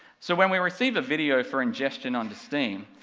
so when we receive a video for ingestion onto steam,